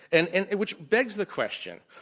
and and which begs the question,